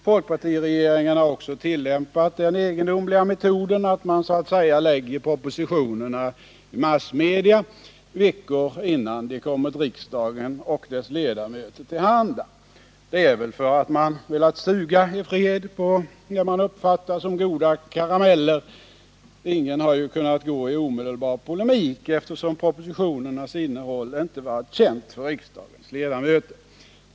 Folkpartiregeringen har också tillämpat den egendomliga metoden att lägga fram propositionerna i massmedia veckor innan de kommit riksdagen och dess ledamöter till handa. Det är väl för att man i fred velat suga på det man uppfattat som goda karameller. Ingen har kunnat gå i omedelbar polemik, eftersom propositionernas innehåll inte varit känt för riksdagens ledamöter.